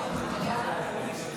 התקבלה בקריאה טרומית ותעבור לוועדת העבודה